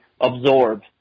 absorb